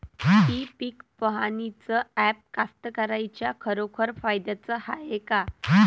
इ पीक पहानीचं ॲप कास्तकाराइच्या खरोखर फायद्याचं हाये का?